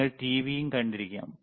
നിങ്ങൾ ടിവിയും കണ്ടിരിക്കാം